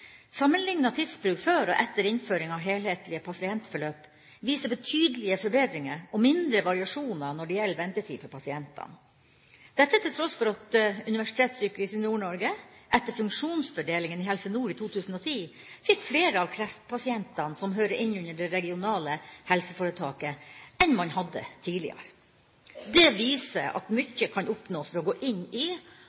Sammenlignet tidsbruk før og etter innføring av helhetlig pasientforløp viser betydelige forbedringer og mindre variasjoner når det gjelder ventetid for pasientene – dette til tross for at Universitetssykehuset Nord-Norge etter funksjonsfordelinga i Helse Nord i 2010 fikk flere av kreftpasientene som hører innunder det regionale helseforetaket, enn man hadde tidligere. Det viser at